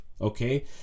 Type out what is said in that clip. okay